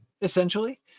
essentially